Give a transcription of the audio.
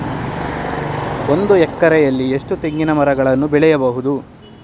ಒಂದು ಎಕರೆಯಲ್ಲಿ ಎಷ್ಟು ತೆಂಗಿನಮರಗಳು ಬೆಳೆಯಬಹುದು?